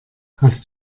hast